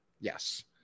Yes